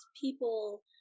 people